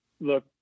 Look